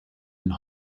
and